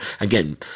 again